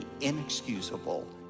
inexcusable